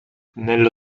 nello